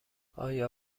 آیا